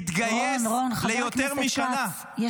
התגייס ליותר משנה --- רון,